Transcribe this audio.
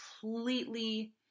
completely